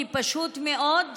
כי פשוט מאוד חברי,